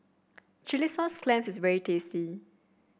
Chilli Sauce Clams is very tasty